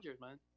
man